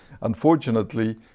unfortunately